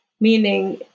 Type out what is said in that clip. meaning